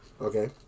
Okay